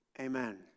Amen